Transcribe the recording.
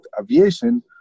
aviation